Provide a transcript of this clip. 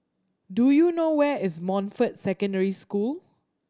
do you know where is Montfort Secondary School